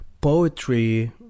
poetry